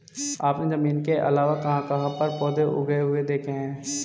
आपने जमीन के अलावा कहाँ कहाँ पर पौधे उगे हुए देखे हैं?